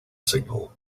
signal